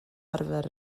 arfer